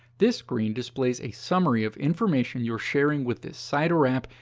this screen displays a summary of information you're sharing with this site or app,